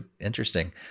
interesting